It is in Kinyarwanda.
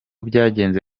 byagenze